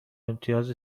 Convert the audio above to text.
امتیاز